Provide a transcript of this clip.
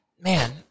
Man